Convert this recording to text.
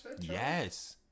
yes